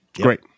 great